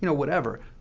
you know whatever.